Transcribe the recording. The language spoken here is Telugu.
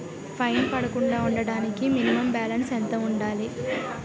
ఫైన్ పడకుండా ఉండటానికి మినిమం బాలన్స్ ఎంత ఉండాలి?